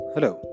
Hello